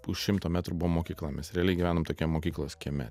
už šimto metrų buvo mokykla mes realiai gyvenom tokiam mokyklos kieme